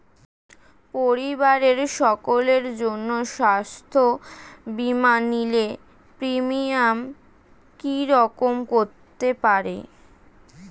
পরিবারের সকলের জন্য স্বাস্থ্য বীমা নিলে প্রিমিয়াম কি রকম করতে পারে?